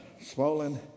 swollen